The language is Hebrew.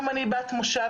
גם אני בת מושב,